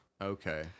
Okay